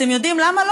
אתם יודעים למה?